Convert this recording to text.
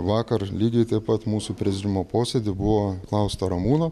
vakar lygiai taip pat mūsų prezidiumo posėdy buvo klausta ramūno